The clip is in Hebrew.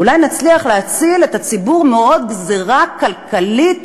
אולי נצליח להציל את הציבור מעוד גזירה כלכלית